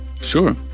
Sure